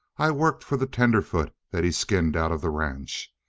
i worked for the tenderfoot that he skinned out of the ranch.